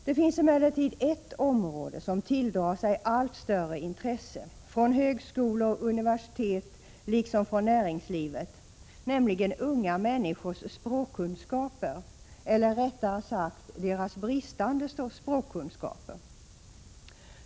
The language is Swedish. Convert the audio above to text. Det finns emellertid ett område som tilldrar sig ett allt större intresse — från 10 decen ber 1986 högskolor, universitet, liksom från näringslivet — nämligen unga människors språkkunskaper, eller rättare sagt deras bristande språkkunskaper.